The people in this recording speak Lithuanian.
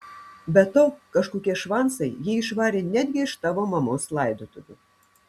be to kažkokie švancai jį išvarė netgi iš tavo mamos laidotuvių